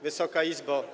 Wysoka Izbo!